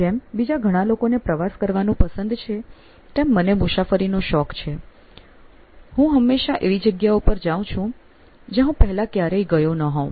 જેમ બીજા ઘણા લોકોને પ્રવાસ કરવાનું પસંદ છે તેમ મને મુસાફરીનો શોખ છે હું હંમેશાં એવી જગ્યાઓ પર જાઉં છું જ્યાં હું પહેલાં ક્યારેય ન ગયો હોઉં